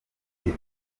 ati